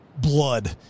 blood